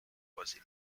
was